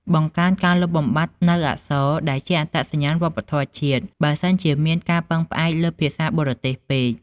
បង្កើនការលុបបំបាត់នូវអក្សរដែលជាអត្តសញ្ញាណវប្បធម៌ជាតិ បើសិនជាមានការពឹងផ្អែកលើភាសាបរទេសពេក។